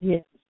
Yes